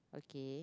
okay